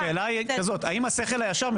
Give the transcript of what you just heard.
לא שאני צריך את זה בשביל השכל הישר,